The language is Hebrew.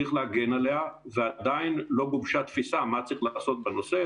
צריך להגן עליה ועדיין לא גובשה תפיסה מה צריך לעשות בנושא,